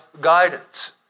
guidance